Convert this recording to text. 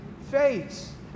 face